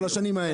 של השנים האלה.